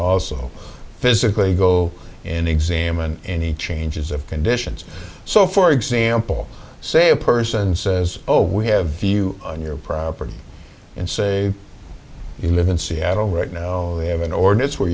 also physically go and examine any changes of conditions so for example say a person says oh we have you on your property and say you live in seattle right now we have an ordinance where